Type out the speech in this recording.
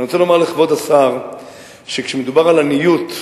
אני רוצה לומר לכבוד השר שכאשר מדובר על עניות,